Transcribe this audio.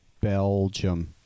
belgium